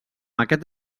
aquest